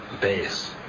base